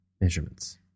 measurements